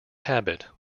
habit